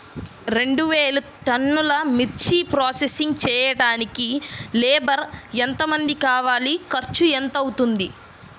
రెండు వేలు టన్నుల మిర్చి ప్రోసెసింగ్ చేయడానికి లేబర్ ఎంతమంది కావాలి, ఖర్చు ఎంత అవుతుంది?